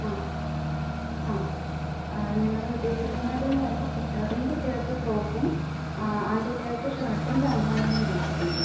ആ ആ ഞങ്ങൾ ഉദ്ദേശിക്കുന്നതെന്ന് പറയുമ്പോൾ പെൺകുട്ടികൾക്ക് ഫ്രോക്കും ആൺകുട്ടികൾക്ക് ഷർട്ടും പാൻറ്റും ആണ് ഞാൻ ഉദ്ദേശിക്കുന്നത്